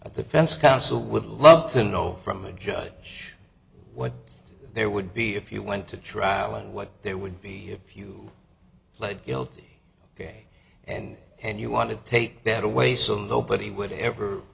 the fence counsel would love to know from the judge what there would be if you went to trial and what there would be if you pled guilty ok and and you want to take that away so nobody would ever